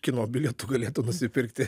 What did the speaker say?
kino bilietų galėtų nusipirkti